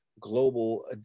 global